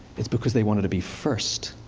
it's because they wanted to be first.